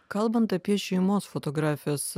kalbant apie šeimos fotografijas